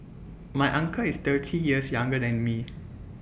my uncle is thirty years younger than me